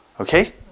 Okay